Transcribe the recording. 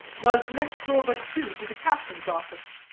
was next door but two to the captain's office.